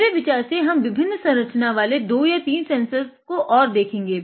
मेरे विचार से हम विभिन्न संरचना वाले दो या तीन और सेन्सर्स को देखेंगे